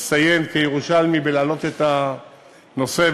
הצטיין כירושלמי בהעלאת הנושא,